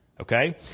Okay